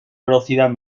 velocidad